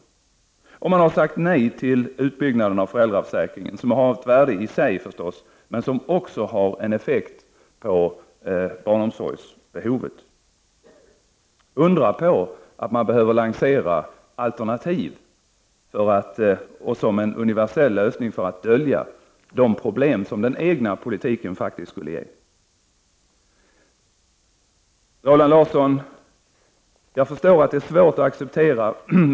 Vidare har man sagt nej till utbyggnaden av föräldraförsäkringen, något som naturligtvis har ett värde i sig, men som också får effekt på behovet av barnomsorg. Undra på att man behöver lansera alternativ som en universell lösning för att dölja de problem som den egna politiken faktiskt skulle ge! Jag förstår, Roland Larsson, att det är svårt att acceptera faktum.